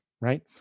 right